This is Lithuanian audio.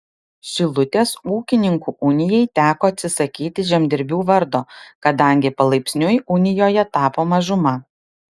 šilutės ūkininkų unijai teko atsisakyti žemdirbių vardo kadangi palaipsniui unijoje tapo mažuma